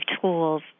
tools